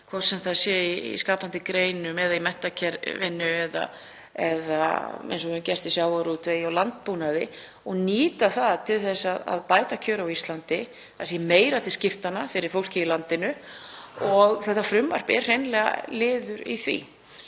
hvort sem það er í skapandi greinum eða í menntakerfinu eða eins og hefur gerst í sjávarútvegi og landbúnaði, og nýta þær til að bæta kjör á Íslandi, að það sé meira til skiptanna fyrir fólkið í landinu. Og þetta frumvarp er hreinlega liður í því.